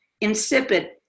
Insipid